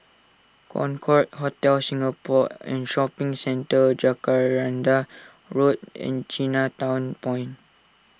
Concorde Hotel Singapore and Shopping Centre Jacaranda Road and Chinatown Point